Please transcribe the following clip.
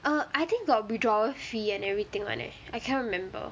err I think got withdrawal fee and everything [one] leh I can't remember